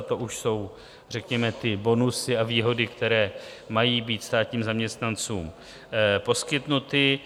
To už jsou řekněme ty bonusy a výhody, které mají být státním zaměstnancům poskytnuty.